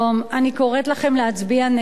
אני קוראת לכם להצביע נגדה.